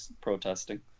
protesting